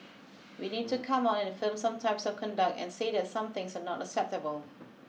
we need to come out and affirm some types of conduct and say that some things are not acceptable